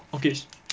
okay